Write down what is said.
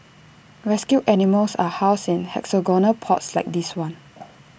rescued animals are housed in hexagonal pods like this one